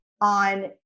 on